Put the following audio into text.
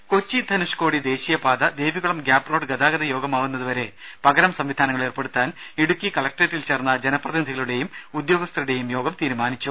രുമ കൊച്ചി ധനുഷ്കോടി ദേശീയപാത ദേവികുളം ഗ്യാപ്പ്റോഡ് ഗതാഗതയോഗ്യമാവുന്നത് വരെ പകരം സംവിധാനങ്ങൾ ഏർപ്പെടുത്താൻ ഇടുക്കി കലക്ട്രേറ്റിൽ ചേർന്ന ജനപ്രതിനിധികളുടെയും ഉദ്യോഗസ്ഥരുടേയും യോഗം തീരുമാനിച്ചു